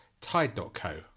Tide.co